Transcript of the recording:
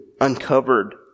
uncovered